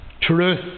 truth